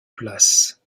places